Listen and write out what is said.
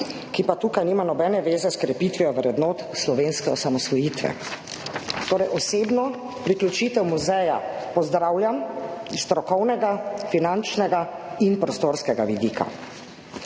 ki pa tukaj nima nobene zveze s krepitvijo vrednot slovenske osamosvojitve. Torej osebno priključitev muzeja pozdravljam s strokovnega, finančnega in prostorskega vidika.